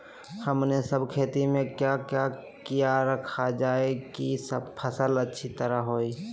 हमने सब खेती में क्या क्या किया रखा जाए की फसल अच्छी तरह होई?